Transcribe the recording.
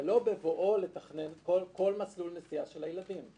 אבל לא בבואו לתכנן כל מסלול נסיעה של הילדים.